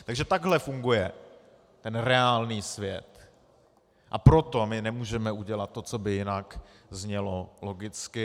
Takže takhle funguje ten reálný svět, a proto my nemůžeme udělat to, co by jinak znělo logicky.